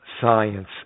science